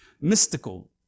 mystical